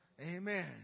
Amen